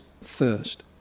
first